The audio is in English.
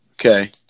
Okay